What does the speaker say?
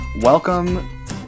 welcome